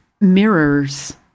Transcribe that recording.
mirrors